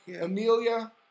Amelia